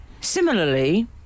Similarly